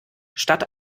statt